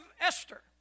Esther